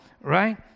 right